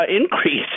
increase